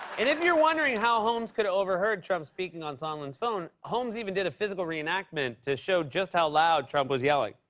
and if you're wondering how holmes could've overheard trump speaking on sondland's phone, holmes even did a physical re-enactment to show just how loud trump was yelling.